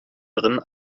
drinnen